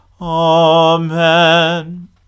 Amen